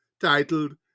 titled